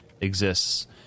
exists